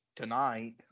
tonight